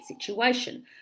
situation